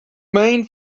main